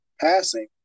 passing